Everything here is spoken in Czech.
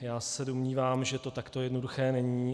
Já se domnívám, že to takto jednoduché není.